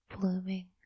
blooming